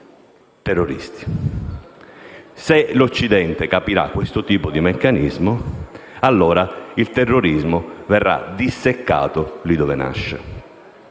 terroristi. Se l'Occidente capirà questo tipo di meccanismo, allora il terrorismo verrà disseccato lì dove nasce.